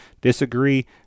disagree